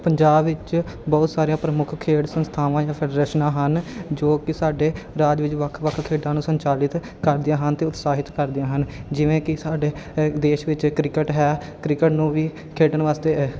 ਪੰਜਾਬ ਵਿੱਚ ਬਹੁਤ ਸਾਰੀਆਂ ਪ੍ਰਮੁੱਖ ਖੇਡ ਸੰਸਥਾਵਾਂ ਜਾਂ ਫਿਰ ਰਚਨਾ ਹਨ ਜੋ ਕਿ ਸਾਡੇ ਰਾਜ ਵਿੱਚ ਵੱਖ ਵੱਖ ਖੇਡਾਂ ਨੂੰ ਸੰਚਾਲਿਤ ਕਰਦੀਆਂ ਹਨ ਅਤੇ ਉਤਸਾਹਿਤ ਕਰਦੀਆਂ ਹਨ ਜਿਵੇਂ ਕਿ ਸਾਡੇ ਅ ਦੇਸ਼ ਵਿੱਚ ਕ੍ਰਿਕਟ ਹੈ ਕ੍ਰਿਕਟ ਨੂੰ ਵੀ ਖੇਡਣ ਵਾਸਤੇ